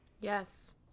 Yes